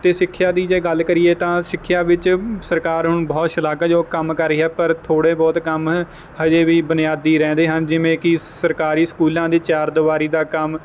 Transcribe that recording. ਅਤੇ ਸਿੱਖਿਆ ਦੀ ਜੇ ਗੱਲ ਕਰੀਏ ਤਾਂ ਸਿੱਖਿਆ ਵਿੱਚ ਸਰਕਾਰ ਹੁਣ ਬਹੁਤ ਸ਼ਲਾਘਾਯੋਗ ਕੰਮ ਕਰ ਰਹੀ ਹੈ ਪਰ ਥੋੜ੍ਹੇ ਬਹੁਤ ਕੰਮ ਹਜੇ ਵੀ ਬੁਨਿਆਦੀ ਰਹਿੰਦੇ ਹਨ ਜਿਵੇਂ ਕਿ ਸਰਕਾਰੀ ਸਕੂਲਾਂ ਦੀ ਚਾਰ ਦੀਵਾਰੀ ਦਾ ਕੰਮ